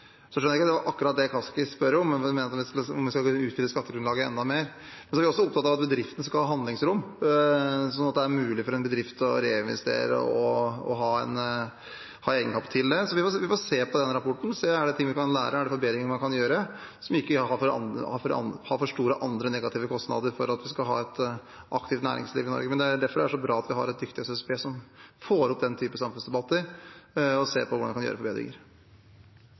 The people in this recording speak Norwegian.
Så vet jeg ikke om det var akkurat det Kaski spør om, om hun mener at vi skal utvide skattegrunnlaget enda mer. Vi er også opptatt av at bedriftene skal ha handlingsrom, sånn at det er mulig for en bedrift å reinvestere og ha egenkapital til det. Så vi får se på den rapporten, se om det er ting vi kan lære, om det er forbedringer man kan gjøre, som ikke har for store negative kostnader med tanke på at man skal ha et aktivt næringsliv i Norge. Det er derfor det er så bra at vi har et dyktig SSB, som får opp den typen samfunnsdebatter, så man kan se på hvordan man kan gjøre forbedringer.